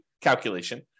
calculation